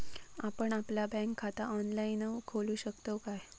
आपण आपला बँक खाता ऑनलाइनव खोलू शकतव काय?